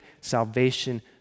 salvation